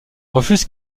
refuse